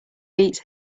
beats